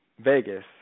vegas